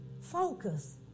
Focus